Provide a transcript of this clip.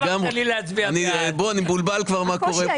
אני כבר מבולבל ממה שקורה.